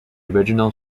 original